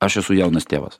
aš esu jaunas tėvas